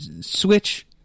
switch